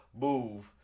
move